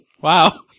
Wow